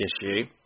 issue